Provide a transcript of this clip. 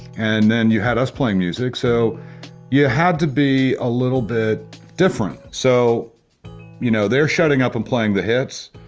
and then you had us playing music, so you had to be a little bit different. so you know, they're shutting up and playing the hits,